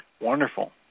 wonderful